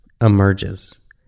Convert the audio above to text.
emerges